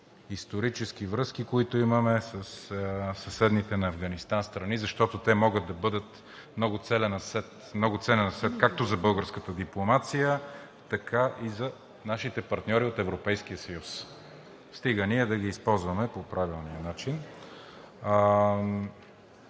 исторически връзки, които имаме със съседните на Афганистан страни, защото те могат да бъдат много ценни както за българската дипломация, така и за нашите партньори от Европейския съюз. Стига да ги използваме по правилния начин.